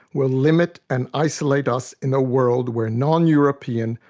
will limit and isolate us in a world where noneuropean,